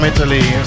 Italy